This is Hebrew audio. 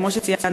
כמו שציינת,